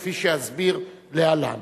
כפי שאסביר להלן.